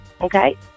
Okay